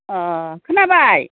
अ' खोनाबाय